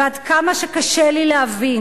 ועד כמה שקשה לי להבין,